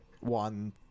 One